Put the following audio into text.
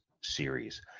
series